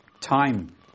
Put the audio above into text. Time